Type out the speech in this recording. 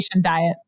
diet